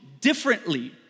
differently